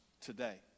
today